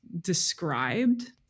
described